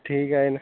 ठीक आहे न